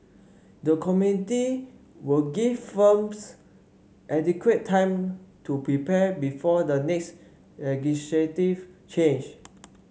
the committee will give firms adequate time to prepare before the next legislative change